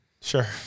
Sure